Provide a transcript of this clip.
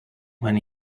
when